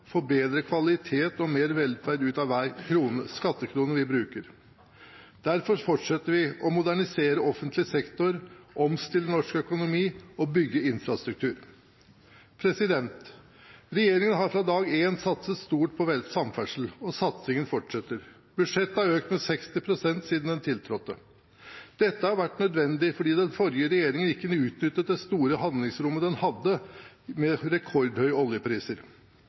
få bedre kvalitet og mer velferd ut av hver skattekrone vi bruker. Derfor fortsetter vi å modernisere offentlig sektor, omstille norsk økonomi og bygge infrastruktur. Regjeringen har fra dag én satset stort på samferdsel, og satsingen fortsetter. Budsjettet har økt med 60 pst. siden den tiltrådte. Dette har vært nødvendig fordi den forrige regjeringen ikke utnyttet det store handlingsrommet den hadde med rekordhøye oljepriser.